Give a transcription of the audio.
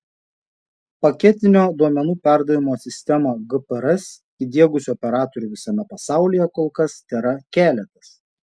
paketinio duomenų perdavimo sistemą gprs įdiegusių operatorių visame pasaulyje kol kas tėra keletas